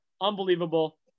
unbelievable